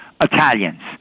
Italians